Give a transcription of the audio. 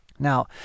Now